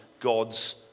God's